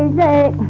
the